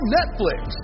Netflix